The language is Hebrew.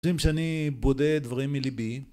חושבים שאני בודה דברים מליבי,